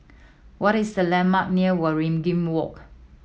what is the landmark near Waringin Walk